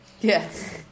Yes